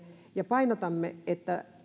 ja painotttaa että